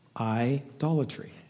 idolatry